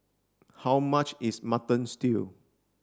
how much is mutton stew